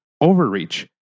overreach